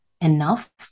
enough